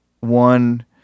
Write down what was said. one